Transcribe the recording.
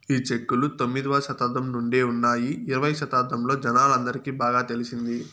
ఈ చెక్కులు తొమ్మిదవ శతాబ్దం నుండే ఉన్నాయి ఇరవై శతాబ్దంలో జనాలందరికి బాగా తెలిసింది